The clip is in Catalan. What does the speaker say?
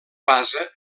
basa